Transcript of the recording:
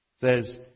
says